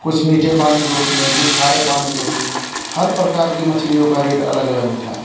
कुछ मीठे पानी की होती हैं कुछ खारे पानी की होती हैं हर प्रकार की मछलियों का रेट अलग अलग होता है